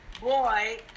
boy